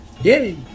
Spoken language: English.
Yay